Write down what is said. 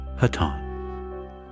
Hatan